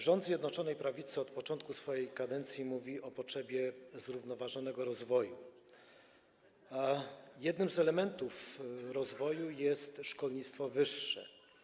Rząd Zjednoczonej Prawicy od początku swojego funkcjonowania mówi o potrzebie zrównoważonego rozwoju, a jednym z elementów rozwoju jest szkolnictwo wyższe.